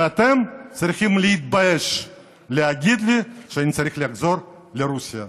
ואתם צריכים להתבייש להגיד לי שאני צריך לחזור לרוסיה.